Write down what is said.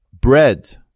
bread